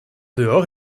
dehors